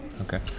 Okay